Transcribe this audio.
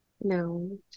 no